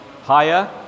Higher